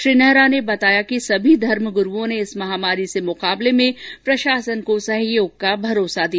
श्री नेहरा ने बताया कि सभी धर्मग्रूओं ने इस महामारी से मुकाबल में प्रशसन को सहयोग का भरोसा दिया